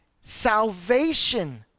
salvation